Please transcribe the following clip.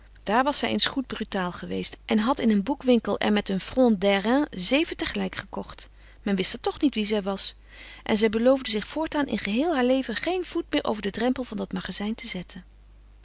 daar was zij eens goed brutaal geweest en had in een boekwinkel er met een front d'airain zeven tegelijk gekocht men wist er toch niet wie zij was en zij beloofde zich voortaan in geheel haar leven geen voet meer over den drempel van dat magazijn te zetten